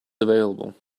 available